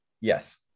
Yes